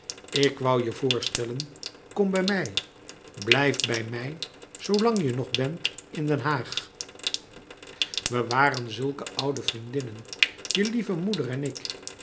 ik woû je voorstellen kom bij mij blijf bij mij zoolang je nog bent in den haag we waren zulke oude vriendinnen je lieve moeder en ik